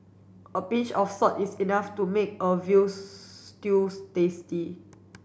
a pinch of salt is enough to make a veals stews tasty